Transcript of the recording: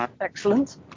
Excellent